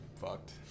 fucked